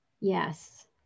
Yes